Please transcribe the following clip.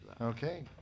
Okay